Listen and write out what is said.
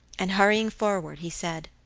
and hurrying forward he said